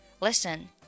Listen